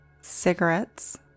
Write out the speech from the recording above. cigarettes